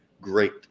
great